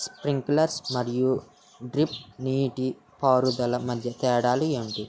Sprinkler మరియు drip నీటిపారుదల మధ్య తేడాలు ఏంటి?